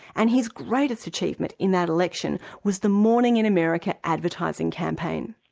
and his greatest achievement in that election was the morning in america advertising campaign.